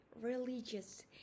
religious